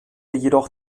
jedoch